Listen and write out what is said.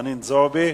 חנין זועבי,